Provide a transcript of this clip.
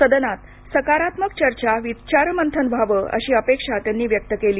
सदनात सकारात्मक चर्चा विचारमंथन व्हावंअशी अपेक्षा त्यांनी व्यक्त केली